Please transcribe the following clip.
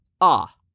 Ah